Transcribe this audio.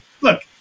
look